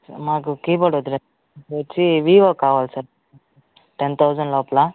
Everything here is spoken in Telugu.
మాకు కీబోర్డ్ వద్దులే వచ్చి వీవో కావాలి సార్ టెన్ థౌజండ్ లోపల